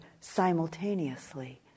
simultaneously